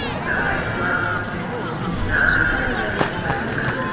so it's less it's it's not the good fight, but it's great.